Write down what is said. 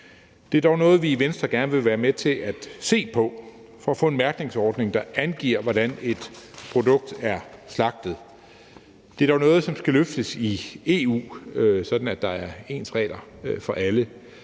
Det er dog noget, vi i Venstre gerne vil være med til at se på for at få en mærkningsordning, der angiver, hvordan et produkt er slagtet. Det er dog noget, som skal løftes i EU, sådan at der er ens regler for alle.